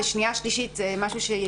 לשנייה ושלישית זה משהו שצריך יהיה להשלים.